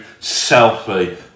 selfie